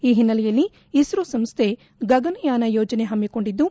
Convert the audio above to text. ಈ ಹಿನ್ನೆಲೆಯಲ್ಲಿ ಇಸ್ತೋ ಸಂಸ್ಥೆ ಗಗನಯಾನ ಯೋಜನೆ ಹಮ್ಮಿಕೊಂಡಿದ್ದು